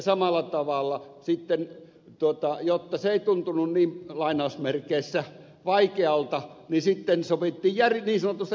samalla tavalla sitten jotta se ei tuntunut niin vaikealta sovittiin niin sanotusta järjestelyvarasta